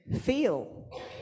feel